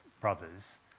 brothers